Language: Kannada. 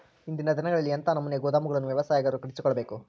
ಇಂದಿನ ದಿನಗಳಲ್ಲಿ ಎಂಥ ನಮೂನೆ ಗೋದಾಮುಗಳನ್ನು ವ್ಯವಸಾಯಗಾರರು ಕಟ್ಟಿಸಿಕೊಳ್ಳಬೇಕು?